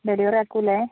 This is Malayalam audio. ഡെലിവറി ആക്കില്ലേ